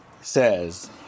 says